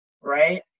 right